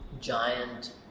giant